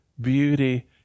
beauty